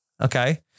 Okay